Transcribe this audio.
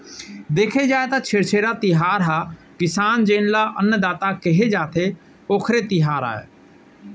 देखे जाए त छेरछेरा तिहार ह किसान जेन ल अन्नदाता केहे जाथे, ओखरे तिहार आय